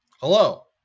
Hello